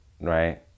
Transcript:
right